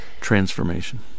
transformation